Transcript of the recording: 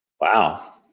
wow